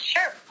Sure